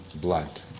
blood